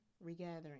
regathering